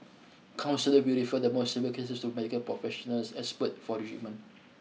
counsellors will refer the more severe cases to medical professionals expert for treatment